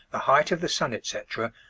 the height of the sun, etc,